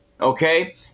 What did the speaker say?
okay